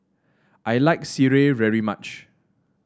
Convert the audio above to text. I like sireh very much